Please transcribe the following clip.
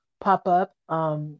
pop-up